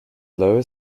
lower